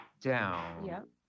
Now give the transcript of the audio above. down